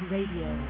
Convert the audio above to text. Radio